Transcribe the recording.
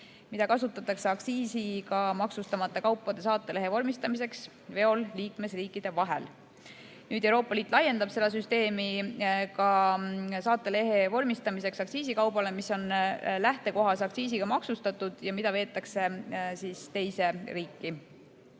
mida kasutatakse aktsiisiga maksustamata kaupade saatelehe vormistamiseks veol liikmesriikide vahel. Euroopa Liit laiendab seda süsteemi ka saatelehe vormistamiseks aktsiisikaubale, mis on lähtekohas aktsiisiga maksustatud ja mida veetakse teise riiki.